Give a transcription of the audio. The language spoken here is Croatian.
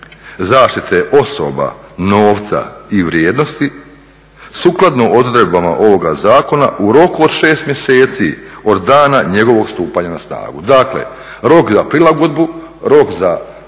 zaštite osoba, novca i vrijednosti sukladno odredbama ovoga Zakona u roku od 6 mjeseci od dana njegovog stupanja na snagu. Dakle rok za prilagodbu, rok za